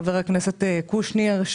חבר הכנסת קושניר,